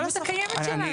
הפעילות הקיימת שלנו.